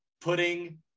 putting